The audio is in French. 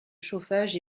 chauffage